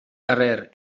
carrer